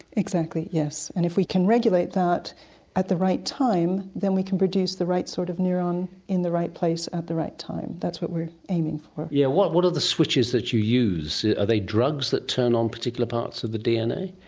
exactly, yes. and if we can regulate that at the right time then we can produce the right sort of neuron in the right place at the right time. that's what we're aiming for. yeah yes. what are the switches that you use, are they drugs that turn on particular parts of the dna?